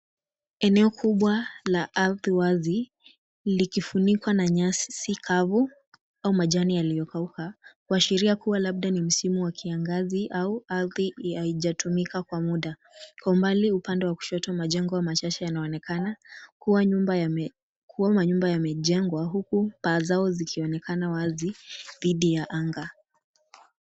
Eneo kubwa la ardhi wazi likifunikwa na nyasi kavu au majani yaliyokauka, kuashiria kua labda ni msimu wa kiangazi au ardhi haijatumika kwa muda. Kwa umbali upande wa kushoto, majengo machache yanaonekana kua manyumba yamejengwa, huku paa zao zikionekana wazi dhidi ya anga.